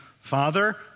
Father